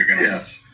Yes